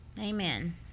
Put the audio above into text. amen